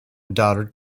daughter